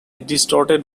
distorted